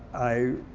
i